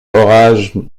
orage